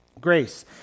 Grace